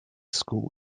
school